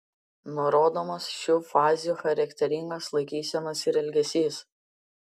nurodomos šių fazių charakteringos laikysenos ir elgesys